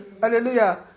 Hallelujah